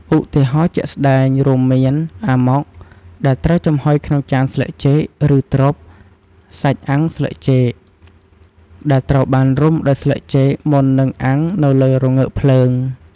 ឧទាហរណ៍ជាក់ស្តែងរួមមាន អាម៉ុក ដែលត្រូវចំហុយក្នុងចានស្លឹកចេក ឬ ទ្រប់ (សាច់អាំងស្លឹកចេក) ដែលត្រូវបានរុំដោយស្លឹកចេកមុននឹងអាំងនៅលើរងើកភ្លើង។